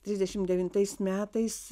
trisdešim devintais metais